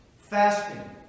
Fasting